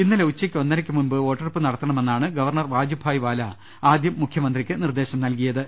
ഇന്നലെ ഉച്ചക്ക് ഒന്നരയ്ക്ക് മുൻപ് വോട്ടെടുപ്പ് നടത്തണമെന്നാണ് ഗവർണർ വാജുഭായ് വാല ആദ്യം മുഖ്യമന്ത്രിക്ക് നിർദ്ദേശം നൽകിയത്